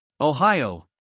Ohio